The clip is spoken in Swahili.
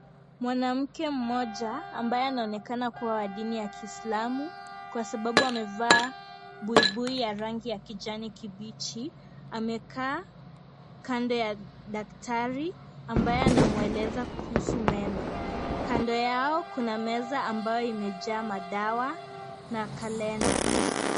Mwanake mmoja ambaye anaonekana kuwa wa dini ya kiislamu kwa sababau amevaa buibui ya rangi ya kijani kibichi amekaa kando ya daktari ambaye anamweleza kuhusu meno , kando yao kuna meza ambayo imejaa madawa na kalenda.